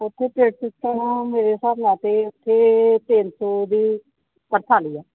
ਉੱਥੇ plate system ਆ ਮੇਰੇ ਹਿਸਾਬ ਨਾਲ ਤਾਂ ਉੱਥੇ ਤਿੰਨ ਸੌ ਦੀ ਪਰ ਥਾਲੀ ਆ